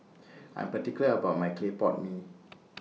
I'm particular about My Clay Pot Mee